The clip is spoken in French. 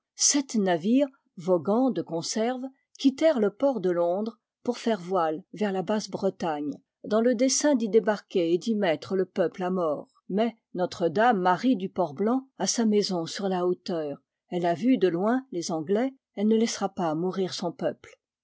sept navires voguant de conserve quittèrent le port de londres pour faire voile vers la basse-bretagne dans le dessein d'y débarquer et d'y mettre le peuple à mort mais notre-dame marie du port blanc a sa maison sur la hauteur elle a vu de loin les anglais elle ne laissera pas mourir son peuple